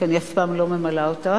כי אני אף פעם לא ממלאת אותה.